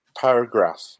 paragraph